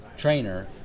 Trainer